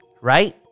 right